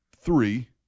three